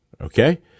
okay